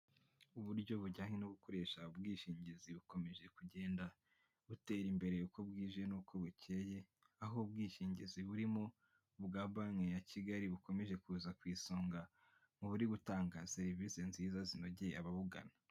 Uburyo bujyanye no gukoresha ubwishingizi bukomeje kugenda butera imbere uko bwije n'uko bukeye, aho ubwishingizi burimo ubwa banki ya Kigali bukomeje kuza ku isonga buri gutanga serivisi nziza zinogeye ababugana.